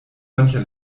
mancher